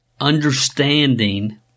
understanding